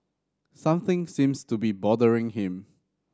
something seems to be bothering him